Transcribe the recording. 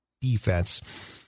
defense